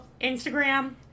Instagram